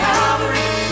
Calvary